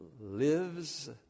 lives